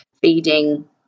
feeding